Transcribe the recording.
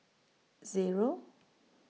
Zero